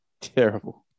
Terrible